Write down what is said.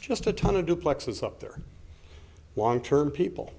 just a ton of duplexes up there one term people